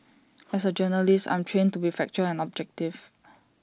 as A journalist I'm trained to be factual and objective